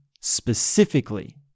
specifically